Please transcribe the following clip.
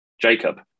Jacob